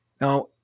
Now